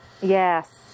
yes